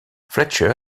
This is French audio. fletcher